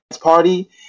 party